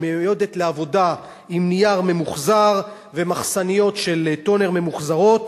שמיועדת לעבודה עם נייר ממוחזר ומחסניות טונר ממוחזרות,